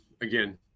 again